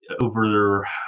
over